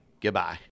Goodbye